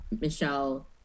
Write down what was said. Michelle